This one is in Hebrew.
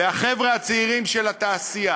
והחבר'ה הצעירים של התעשייה